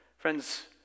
Friends